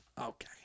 Okay